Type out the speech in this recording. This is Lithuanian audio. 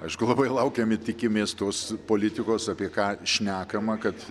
aišku labai laukiam ir tikimės tos politikos apie ką šnekama kad